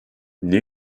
liu